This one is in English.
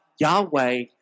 yahweh